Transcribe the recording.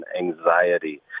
anxiety